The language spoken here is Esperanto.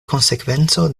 konsekvenco